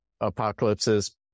apocalypses